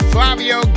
Flavio